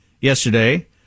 yesterday